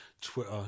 twitter